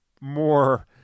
more